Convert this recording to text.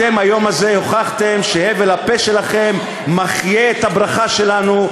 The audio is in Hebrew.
אתם היום הזה הוכחתם שהבל הפה שלכם מחיה את הברכה שלנו,